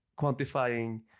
quantifying